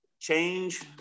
change